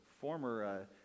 former